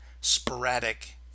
sporadic